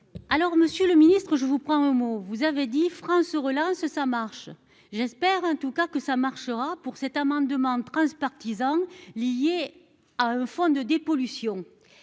alors Monsieur le Ministre, je vous prends au mot, vous avez dit freins se relance, ça marche, j'espère en tout cas que ça marchera pour cet amendement transpartisan lié à un fonds de dépollution